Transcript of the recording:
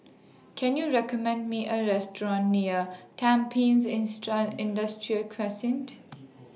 Can YOU recommend Me A Restaurant near Tampines instruct Industrial Crescent